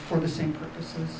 for the same purpose and